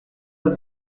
neuf